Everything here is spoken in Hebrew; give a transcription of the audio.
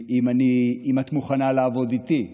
אם את מוכנה לעבוד איתי,